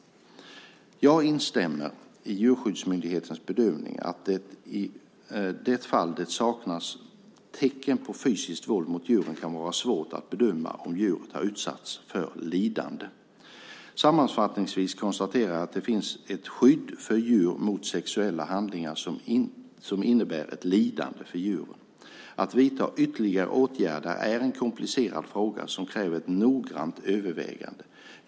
Jag instämmer i Djurskyddsmyndighetens bedömning att det, i de fall där det saknas tecken på fysiskt våld mot djuren, kan vara svårt att bedöma om djuret har varit utsatt för lidande. Sammanfattningsvis konstaterar jag att det finns ett skydd för djur mot sexuella handlingar som innebär ett lidande för djuret. Att vidta ytterligare åtgärder är en komplicerad fråga som kräver ett noggrant övervägande.